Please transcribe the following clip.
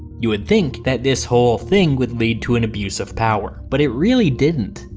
you would think that this whole thing would lead to an abuse of power, but it really didn't.